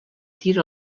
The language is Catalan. tira